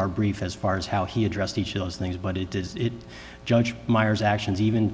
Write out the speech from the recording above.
our brief as far as how he addressed each of those things but it does it judge meyers actions even